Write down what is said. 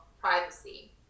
privacy